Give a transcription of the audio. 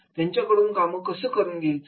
त्याच्याकडून कसं काम करून घ्यायचं